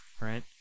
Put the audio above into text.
right